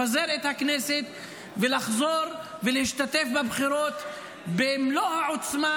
לפזר את הכנסת ולחזור ולהשתתף בבחירות במלוא העוצמה,